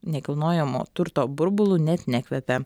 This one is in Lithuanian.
nekilnojamo turto burbulu net nekvepia